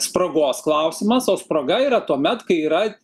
spragos klausimas o spraga yra tuomet kai yra